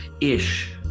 ish